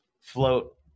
float